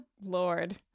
Lord